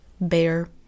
bear